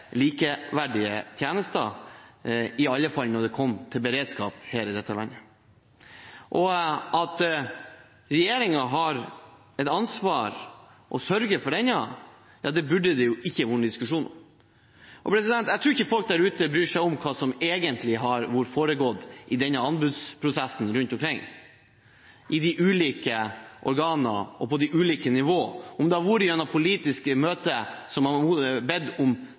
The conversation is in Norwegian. ansvar for å sørge for denne, burde det ikke være noen diskusjon om. Jeg tror ikke folk der ute bryr seg om hva som egentlig har foregått i denne anbudsprosessen rundt omkring i de ulike organene og på ulike nivå, om den har vært igjennom politiske møter som har bedt om